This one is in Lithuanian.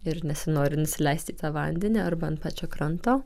ir nesinori nusileisti į tą vandenį arba ant pačio kranto